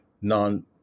non